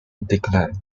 declined